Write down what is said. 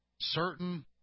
certain